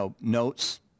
notes